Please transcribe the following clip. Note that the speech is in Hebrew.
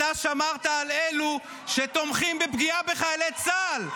אתה שמרת על אלו שתומכים בפגיעה בחיילי צה"ל.